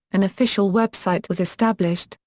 an official web site was established,